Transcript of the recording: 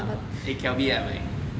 eh Calbee ai mai